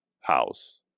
house